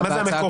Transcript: מה זה "המקורי?